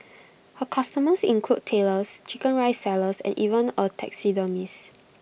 her customers include Tailors Chicken Rice sellers and even A taxidermist